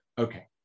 Okay